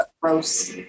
gross